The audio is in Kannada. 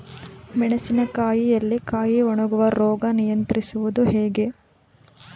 ಮೆಣಸಿನ ಕಾಯಿಯಲ್ಲಿ ಕಾಯಿ ಒಣಗುವ ರೋಗ ನಿಯಂತ್ರಿಸುವುದು ಹೇಗೆ?